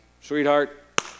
sweetheart